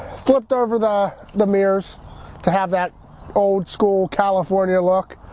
flipped over the the mirrors to have that old-school california look,